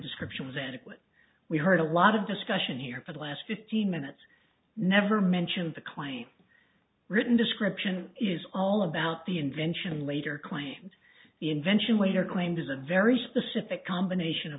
description was adequate we heard a lot of discussion here for the last fifteen minutes never mentioned the claim written description is all about the invention later claims the invention waiter claimed is a very specific combination of